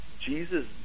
Jesus